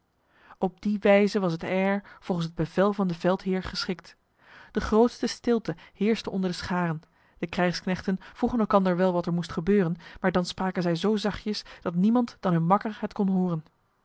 op die wijze was het heir volgens het bevel van de veldheer geschikt de grootste stilte heerste onder de scharen de krijgsknechten vroegen elkander wel wat er moest gebeuren maar dan spraken zij zo zachtjes dat niemand dan hun makker het kon horen